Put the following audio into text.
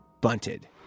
bunted